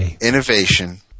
Innovation